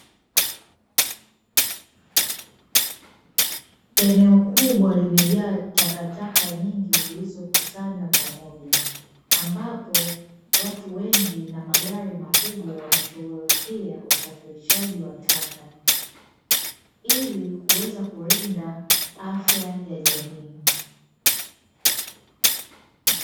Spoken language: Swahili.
Eneo kubwa limejaa takataka nyingi zilizokusanywa pamoja, ambapo watu wengi na magari makubwa wanashughulikia usafirishaji wa taka, ili kuweza kulinda afya ya jamii.